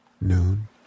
noon